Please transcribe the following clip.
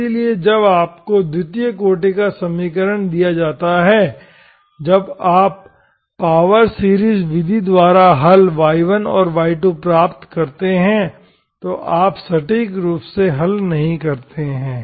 इसलिए जब आपको द्वितीय कोटि का समीकरण दिया जाता है जब आप पावर सीरीज विधि द्वारा हल y1 और y2प्राप्त करते हैं तो आप सटीक रूप से हल नहीं करते हैं